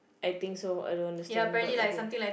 I think so I don't understand but okay